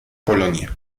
polonia